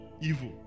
evil